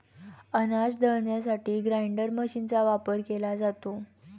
अनाज दळण्यासाठी ग्राइंडर मशीनचा वापर केला जातो